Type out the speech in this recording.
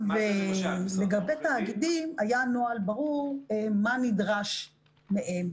לגבי תאגידים היה נוהל ברור מה נדרש מהם,